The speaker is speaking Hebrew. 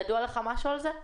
ידוע לך משהו על זה?